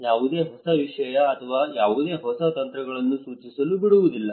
ಯಾವುದೇ ಹೊಸ ವಿಷಯ ಅಥವಾ ಯಾವುದೇ ಹೊಸ ತಂತ್ರಗಳನ್ನು ಸೂಚಿಸಲು ಬಿಡುವುದಿಲ್ಲ